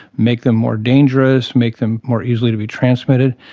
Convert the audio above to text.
make them more dangerous, make them more easily to be transmitted.